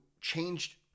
changed